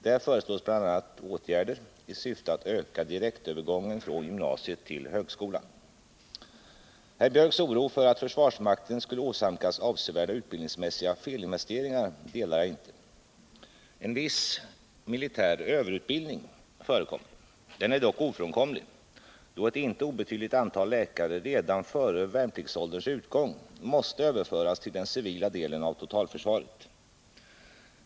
Där föreslås bl.a. åtgärder i syfte att öka direktövergången från gymnasiet till högskolan. Herr Biörcks oro för att försvarsmakten skulle åsamkas avsevärda utbildningsmässiga felinvesteringar delar jag inte. En viss militär ”överutbildning” förekommer. Den är dock ofrånkomlig, då ett inte obetydligt antal läkare redan före värnpliktsålderns utgång måste överföras till den civila delen av totalförsvaret.